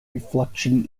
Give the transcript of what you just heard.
reflection